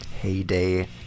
heyday